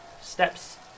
steps